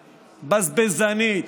בזבזנית,